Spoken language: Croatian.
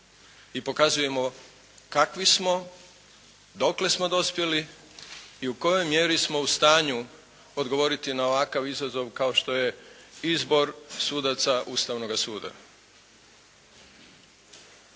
i pokazujemo kakvi smo, dokle smo dospjeli i u kojoj mjeri smo u stanju odgovoriti na ovakav izazov kao što je izbor sudaca Ustavnoga suda.